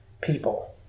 people